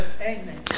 Amen